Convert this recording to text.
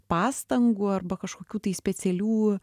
pastangų arba kažkokių tai specialių